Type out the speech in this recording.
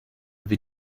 wie